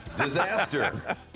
Disaster